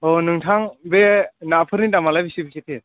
औ नोंथां बे नाफोरनि दामालाय बेसे बेसेथो